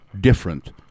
different